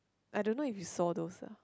I don't know if you saw those ah